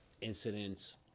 incidents